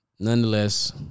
Nonetheless